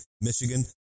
Michigan